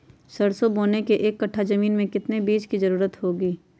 सरसो बोने के एक कट्ठा जमीन में कितने बीज की जरूरत होंगी?